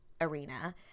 arena